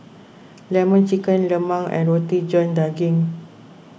Lemon Chicken Lemang and Roti John Daging